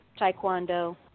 taekwondo